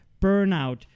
burnout